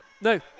No